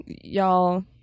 y'all